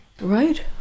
Right